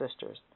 Sisters